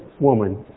woman